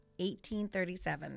1837